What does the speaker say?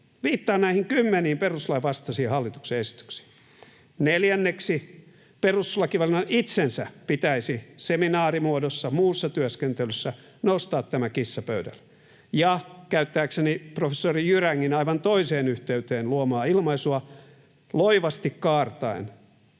Viittaan näihin kymmeniin perustuslain vastaisiin hallituksen esityksiin. Neljänneksi, perustuslakivaliokunnan itsensä pitäisi seminaarimuodossa muussa työskentelyssä nostaa tämä kissa pöydälle ja, käyttääkseni professori Jyrängin aivan toiseen yhteyteen luomaa ilmaisua, loivasti kaartaen